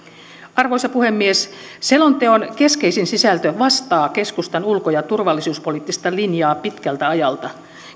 arvoisa puhemies selonteon keskeisin sisältö vastaa keskustan ulko ja turvallisuuspoliittista linjaa pitkältä ajalta